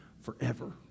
forever